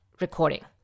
recording